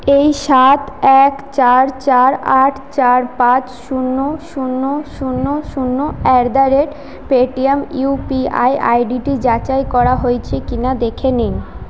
এই সাত এক চার চার আট চার পাঁচ শূন্য শূন্য শূন্য শূন্য at the rate Paytm UPI I ডিটি যাচাই করা হয়েছে কি না দেখে নিন